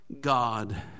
God